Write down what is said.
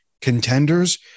contenders